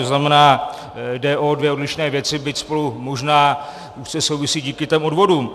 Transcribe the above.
To znamená, jde o dvě odlišné věci, byť spolu možná úzce souvisí díky těm odvodům.